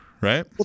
right